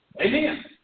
Amen